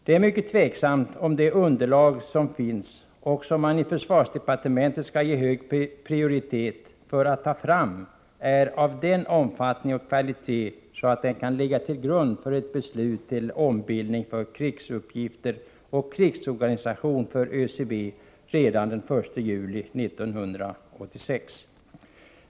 Det är mycket ovisst om det underlag som finns, och som man i försvarsdepartementet skall ge hög prioritet att ta fram, är av sådan omfattning och kvalitet att det kan ligga till grund för ett beslut om ombildning av ÖEF för krigsuppgifter och krigsorganisation till ÖCB redan den 1 juli 1986.